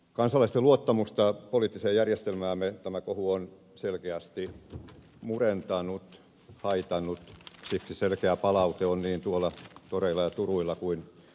kansalaisten luottamusta poliittiseen järjestelmäämme tämä kohu on selkeästi murentanut ja haitannut siksi selkeää palaute on niin tuolla toreilla ja turuilla kuin sähköpostissakin